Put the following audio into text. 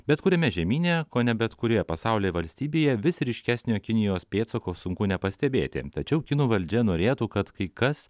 bet kuriame žemyne kone bet kurioje pasaulio valstybėje vis ryškesnio kinijos pėdsako sunku nepastebėti tačiau kinų valdžia norėtų kad kai kas